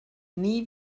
nie